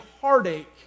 heartache